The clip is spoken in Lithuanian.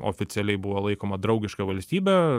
oficialiai buvo laikoma draugiška valstybe